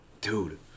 dude